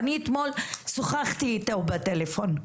אני אתמול שוחחתי איתו בטלפון.